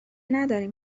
ندارین